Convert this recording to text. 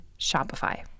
Shopify